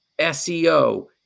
SEO